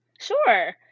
Sure